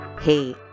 Hey